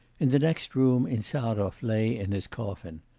in the next room, insarov lay in his coffin.